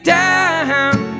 down